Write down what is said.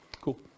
Cool